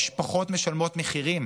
המשפחות משלמות מחירים,